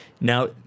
Now